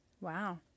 Wow